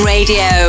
Radio